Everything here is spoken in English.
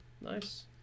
Nice